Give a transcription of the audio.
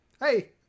Hey